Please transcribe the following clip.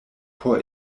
por